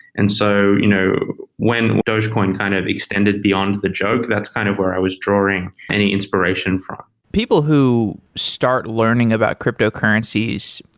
and so you know when dogecoin kind of extended beyond the joke, that's kind of where i was drawing many inspiration from people who start learning about cryptocurrencies,